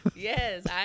Yes